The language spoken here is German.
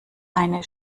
eine